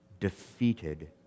Defeated